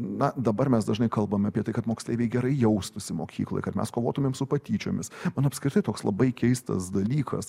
na dabar mes dažnai kalbam apie tai kad moksleiviai gerai jaustųsi mokykloj kad mes kovotumėm su patyčiomis man apskritai toks labai keistas dalykas